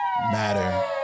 matter